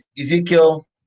Ezekiel